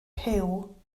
puw